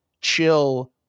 chill